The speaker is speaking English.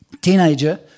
teenager